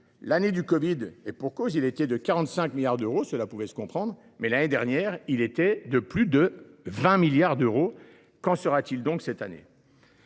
L’année du covid 19, en 2020, il a été de 45 milliards d’euros – cela pouvait se comprendre –, mais l’année dernière, il était de près de 20 milliards d’euros. Qu’en sera t il cette année ?